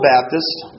Baptists